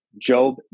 Job